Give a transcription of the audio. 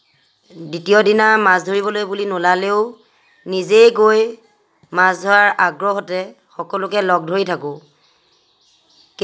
দ্বিতীয়দিনা মাছ ধৰিবলৈ বুলি নোলালেওঁ নিজেই গৈ মাছ ধৰাৰ আগ্ৰহতে সকলোকে লগ ধৰি থাকোঁ